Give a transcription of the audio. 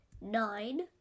nine